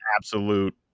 absolute